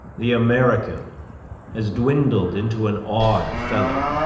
the american has dwindled into an odd fellow